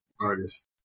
artist